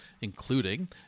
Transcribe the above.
including